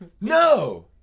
No